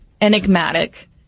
enigmatic